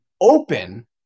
open